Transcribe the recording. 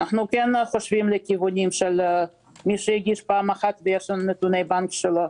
אנחנו חושבים לכיוונים של מי שהגיש פעם אחת ויש לנו נתוני בנק שלו,